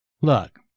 look